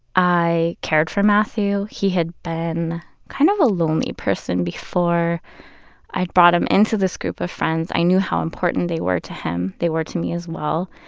i cared for matthew. he had been kind of a lonely person before i'd brought him into this group of friends. i knew how important they were to him, they were to me as well.